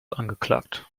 angeklagt